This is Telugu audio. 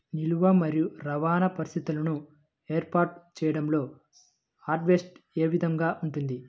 నిల్వ మరియు రవాణా పరిస్థితులను ఏర్పాటు చేయడంలో హార్వెస్ట్ ఏ విధముగా ఉంటుంది?